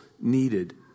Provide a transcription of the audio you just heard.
needed